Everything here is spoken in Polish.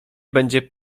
będzie